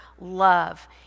love